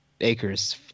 acres